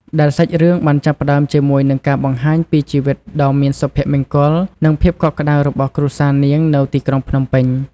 ដែលសាច់រឿងបានចាប់ផ្ដើមជាមួយនឹងការបង្ហាញពីជីវិតដ៏មានសុភមង្គល និងភាពកក់ក្ដៅរបស់គ្រួសារនាងនៅទីក្រុងភ្នំពេញ។